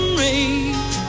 rain